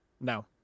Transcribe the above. No